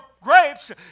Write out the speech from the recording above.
grapes